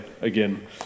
again